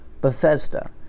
Bethesda